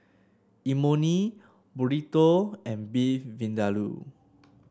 Imoni Burrito and Beef Vindaloo